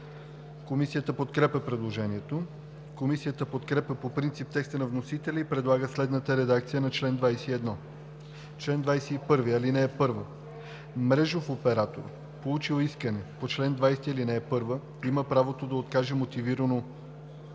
Комисията подкрепя предложението. Комисията подкрепя по принцип текста на вносителя и предлага следната редакция за чл. 21: „Чл. 21. (1) Мрежов оператор, получил искане по чл. 20, ал. 1, има право да откаже мотивирано